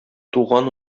туган